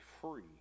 free